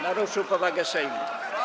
naruszył powagę Sejmu.